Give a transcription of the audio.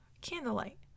candlelight